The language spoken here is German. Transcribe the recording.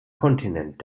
kontinent